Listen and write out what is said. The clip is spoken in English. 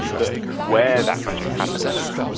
but where that magic happens,